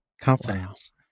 confidence